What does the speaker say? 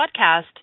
podcast